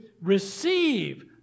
receive